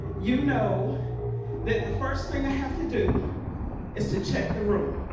you know that the first thing i have to do is to check the room.